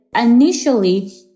Initially